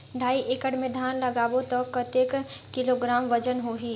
ढाई एकड़ मे धान लगाबो त कतेक किलोग्राम वजन होही?